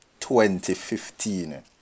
2015